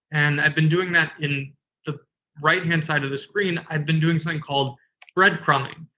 and i've been doing that in the right-hand side of the screen. i've been doing something called breadcrumbing.